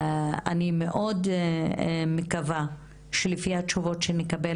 אני מאוד מקווה שבהתאם לתשובות שנקבל